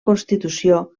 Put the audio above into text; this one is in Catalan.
constitució